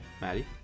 Maddie